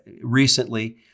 recently